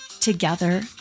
together